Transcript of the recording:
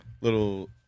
little